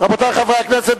רבותי חברי הכנסת,